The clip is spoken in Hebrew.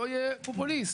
אני לא אהיה פופוליסט,